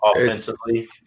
offensively